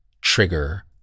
trigger